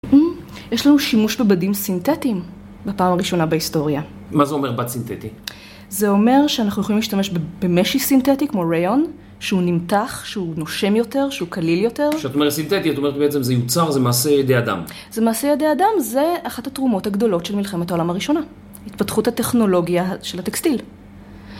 יש לנו שימוש בבדים סינתטיים בפעם הראשונה בהיסטוריה. מה זה אומר בד סינתטי? זה אומר שאנחנו יכולים להשתמש במשי סינתטי כמו ריאון, שהוא נמתח, שהוא נושם יותר, שהוא כליל יותר. כשאת אומר סינתטי, את אומרת בעצם זה יוצר, זה מעשה ידי אדם. זה מעשה ידי אדם, זה אחת התרומות הגדולות של מלחמת העולם הראשונה. התפתחות הטכנולוגיה של הטקסטיל.